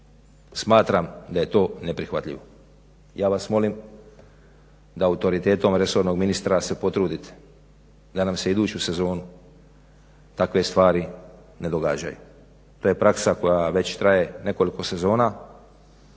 smatram da je to neprihvatljivo. Ja vas molim da autoritetom resornog ministra se potrudite da nam se iduću sezonu takve stvari ne događaju. To je praksa koja već traje nekoliko sezona